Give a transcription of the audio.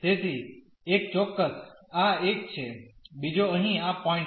તેથી એક ચોક્કસ આ એક છે બીજો અહીં આ પોઈન્ટ છે